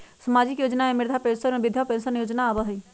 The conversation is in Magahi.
सामाजिक योजना में वृद्धा पेंसन और विधवा पेंसन योजना आबह ई?